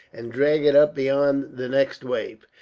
and drag it up beyond the next wave.